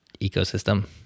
ecosystem